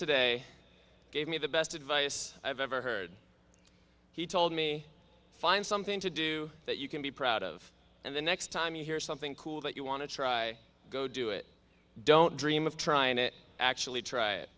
today gave me the best advice i've ever heard he told me find something to do that you can be proud of and the next time you hear something cool that you want to try go do it don't dream of trying it actually try it